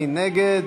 מי נגד?